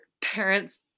parents